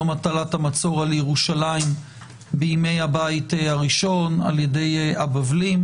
יום הטלת המצור על ירושלים בימי הבית הראשון על ידי הבבלים.